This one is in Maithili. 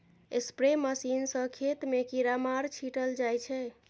स्प्रे मशीन सँ खेत मे कीरामार छीटल जाइ छै